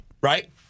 Right